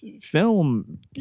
film